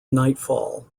nightfall